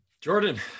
Jordan